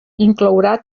inclourà